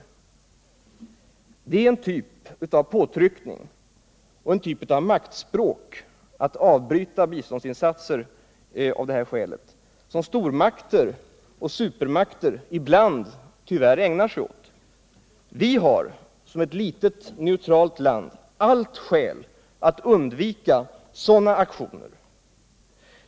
Att göra det är en typ av påtryckning och maktspråk som stormakter och supermakter ibland tyvärr ägnar sig åt. Vi har som ett litet neutralt land alla skäl att undvika sådana aktioner.